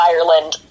Ireland